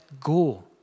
go